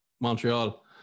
montreal